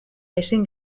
ezin